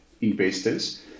investors